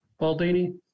baldini